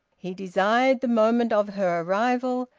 he desired the moment of her arrival,